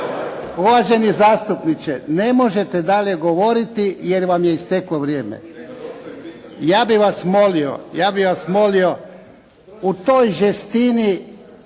Uvaženi zastupniče, ne možete dalje govoriti, jer vam je isteklo vrijeme. Ja bih vas molio, ja bih vas molio, u toj žestini